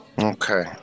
Okay